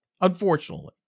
Unfortunately